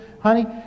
honey